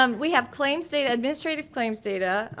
um we have claims data, administrative claims data,